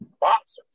boxers